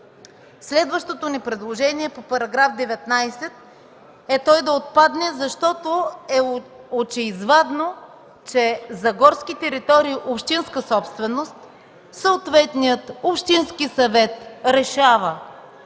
Следващото ни предложение е § 19 да отпадне, защото е очеизвадно, че за горски територии – общинска собственост, съответният общински съвет решава